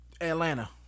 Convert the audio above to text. Atlanta